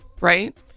Right